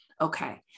Okay